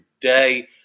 day